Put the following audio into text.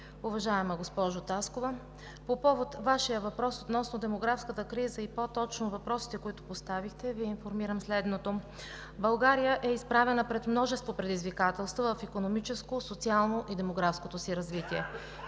Уважаема госпожо Таскова, по повод Вашия въпрос относно демографската криза и по-точно въпросите, които поставихте, Ви информирам следното. България е изправена пред множество предизвикателства в икономическото, социалното и демографското си развитие.